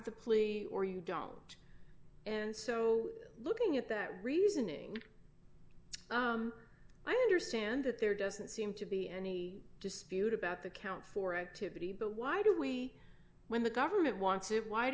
plea or you don't and so looking at that reasoning i understand that there doesn't seem to be any dispute about the count for it to be but why do we when the government wants it why do